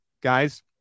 guys